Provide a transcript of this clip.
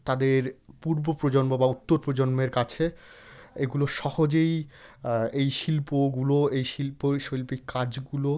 তাদের পূর্ব প্রজন্ম বা উত্তর প্রজন্মের কাছে এগুলো সহজেই এই শিল্পগুলো এই শিল্প শৈল্পিক কাজগুলো